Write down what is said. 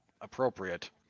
appropriate